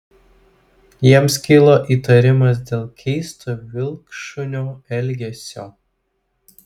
jiems kilo įtarimas dėl keisto vilkšunio elgesio